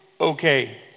okay